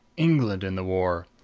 england in the war!